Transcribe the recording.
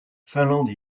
finlande